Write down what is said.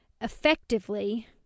effectively